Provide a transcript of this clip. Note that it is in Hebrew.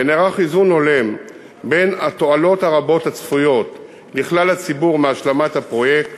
ונערך איזון הולם בין התועלות הרבות הצפויות לכלל הציבור מהשלמת הפרויקט